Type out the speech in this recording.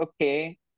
okay